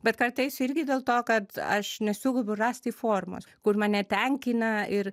bet kartais irgi dėl to kad aš nesugebu rasti formos kur mane tenkina ir